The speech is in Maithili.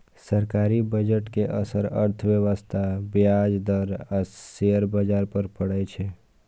सरकारी बजट के असर अर्थव्यवस्था, ब्याज दर आ शेयर बाजार पर पड़ै छै